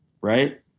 Right